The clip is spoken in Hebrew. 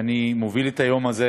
שאני מוביל את היום הזה.